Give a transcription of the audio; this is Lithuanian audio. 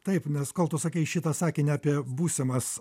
taip nes kol tu sakei šitą sakinį apie būsimas